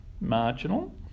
marginal